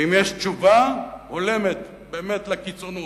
ואם יש תשובה הולמת באמת לקיצוניות,